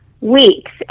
weeks